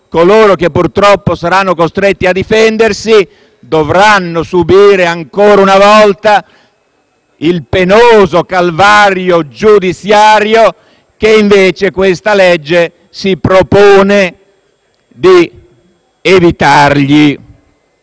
coloro che purtroppo saranno costretti a difendersi dovranno subire ancora una volta il penoso calvario giudiziario che invece questa legge si propone di evitargli.